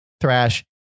thrash